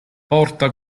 porta